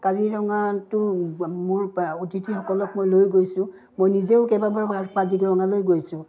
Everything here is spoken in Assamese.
কাজিৰঙাটো মোৰ অতিথিসকলক মই লৈ গৈছোঁ মই নিজেও কেইবাবাৰো কাজিৰঙালৈ গৈছোঁ